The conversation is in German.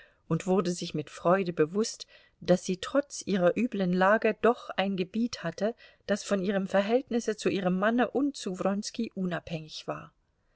und wurde sich mit freude bewußt daß sie trotz ihrer üblen lage doch ein gebiet hatte das von ihrem verhältnisse zu ihrem manne und zu wronski unabhängig war